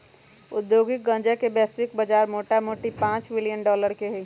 औद्योगिक गन्जा के वैश्विक बजार मोटामोटी पांच बिलियन डॉलर के हइ